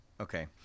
okay